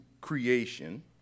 creation